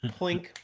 plink